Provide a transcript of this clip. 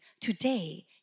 today